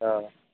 ఆ